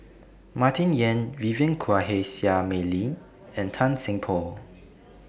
Martin Yan Vivien Quahe Seah Mei Lin and Tan Seng Poh